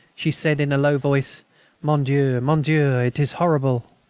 she said in a low voice mon dieu. mon dieu. it is horrible!